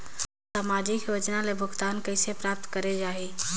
समाजिक योजना ले भुगतान कइसे प्राप्त करे जाहि?